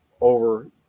over